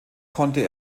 konnte